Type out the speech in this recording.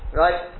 right